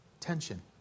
Tension